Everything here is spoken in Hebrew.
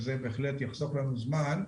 זה בהחלט יחסוך לנו זמן.